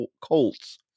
Colts